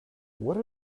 what